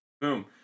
Boom